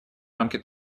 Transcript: рамки